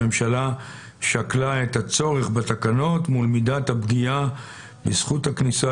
הממשלה שקלה את הצורך בתקנות מול מידת הפגיעה לזכות הכניסה